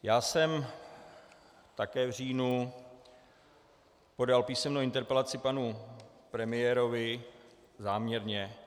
Já jsem také v říjnu podal písemnou interpelaci panu premiérovi záměrně.